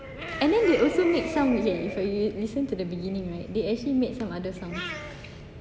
and then they also make some okay you listen to the beginning right they actually make some other sound